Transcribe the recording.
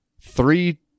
three